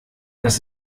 das